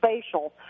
spatial